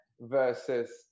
versus